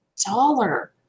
dollar